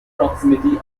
proximity